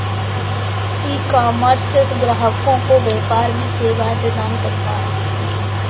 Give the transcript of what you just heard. ecommerce ग्राहकों को व्यापार में सेवाएं प्रदान करता है